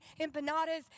empanadas